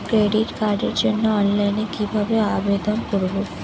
Credit কার্ডের জন্য অনলাইনে কিভাবে আবেদন করব?